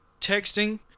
texting